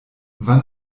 wann